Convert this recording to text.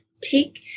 take